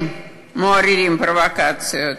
הם מעוררים פרובוקציות,